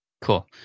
Cool